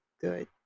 good